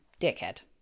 dickhead